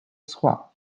სხვა